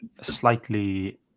slightly